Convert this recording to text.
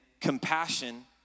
compassion